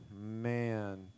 Man